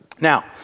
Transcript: Now